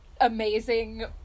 amazing